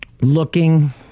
looking